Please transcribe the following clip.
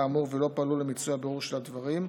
האמור ולא פעלו למיצוי הבירור של הדברים.